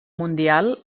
mundial